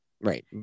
Right